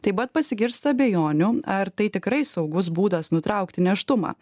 taip pat pasigirsta abejonių ar tai tikrai saugus būdas nutraukti nėštumą